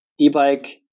e-bike